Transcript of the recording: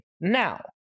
Now